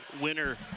winner